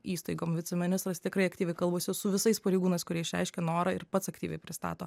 įstaigom viceministras tikrai aktyviai kalbasi su visais pareigūnais kurie išreiškė norą ir pats aktyviai pristato